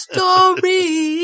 Story